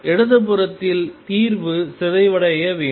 இடது புறத்தில் தீர்வும் சிதைவடைய வேண்டும்